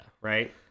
right